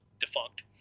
defunct